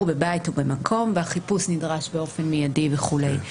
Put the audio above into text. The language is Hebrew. בבית ובמקום והחיפוש נדרש באופן מיידי וכולי.